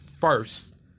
first